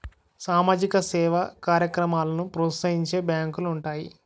సామాజిక సేవా కార్యక్రమాలను ప్రోత్సహించే బ్యాంకులు ఉంటాయి